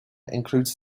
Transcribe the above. includes